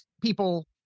people